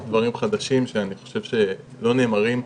דברים חדשים שאני חושב שלא נאמרים,